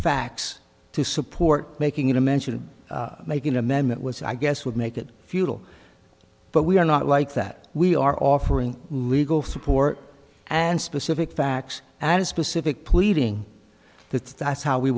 facts to support making it a mention to make an amendment was i guess would make it futile but we are not like that we are offering legal support and specific facts and specific pleading that that's how we